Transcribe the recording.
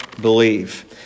believe